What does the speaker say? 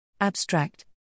Abstract